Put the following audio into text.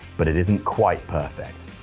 but it isn't quite perfect.